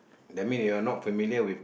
that mean you are not familiar with